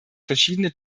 verschiedene